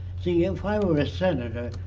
see, if i were a senator,